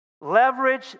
Leverage